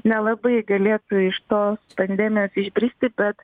nelabai galėtų iš tos pandemijos išbristi bet